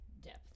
depth